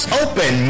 open